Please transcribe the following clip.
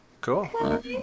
cool